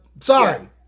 Sorry